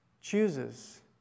chooses